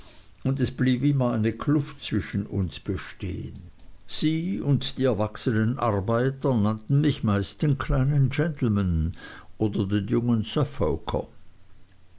und es blieb immer eine kluft zwischen uns bestehen sie und die erwachsenen arbeiter nannten mich meist den kleinen gentleman oder den jungen